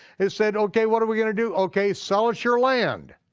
they said okay, what're we gonna do? okay, sell us your land.